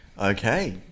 Okay